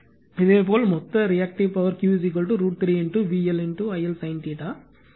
இதேபோல் மொத்த reactive power Q √ 3 VL I L sin